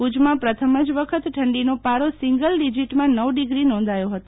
ભુજમાં પ્રેથમ જ વખતે ઠંડીનો પારો સિંગલ ડીઝીટમાં નવ ડીગ્રી નોંધાયો હતો